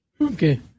Okay